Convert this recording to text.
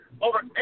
over